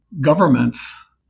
governments